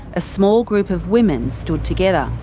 a small group of women stood together.